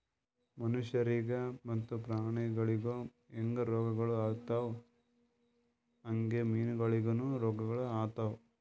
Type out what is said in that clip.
ಮನುಷ್ಯರಿಗ್ ಮತ್ತ ಪ್ರಾಣಿಗೊಳಿಗ್ ಹ್ಯಾಂಗ್ ರೋಗಗೊಳ್ ಆತವ್ ಹಂಗೆ ಮೀನುಗೊಳಿಗನು ರೋಗಗೊಳ್ ಆತವ್